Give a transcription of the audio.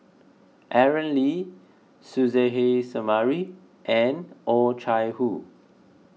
Aaron Lee Suzairhe Sumari and Oh Chai Hoo